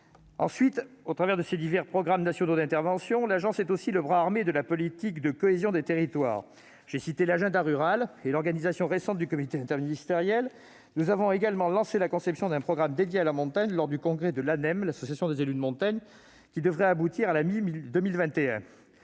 En outre, au travers de ses divers programmes nationaux d'intervention, l'agence est aussi le bras armé de la politique de cohésion des territoires. J'ai cité l'agenda rural et l'organisation récente du comité interministériel. Nous avons également lancé la conception d'un programme dédié à la montagne, lors du congrès de l'ANEM, l'Association nationale des élus de la montagne, qui devrait aboutir à la mi-mai 2021.